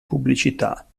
pubblicità